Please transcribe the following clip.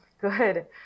good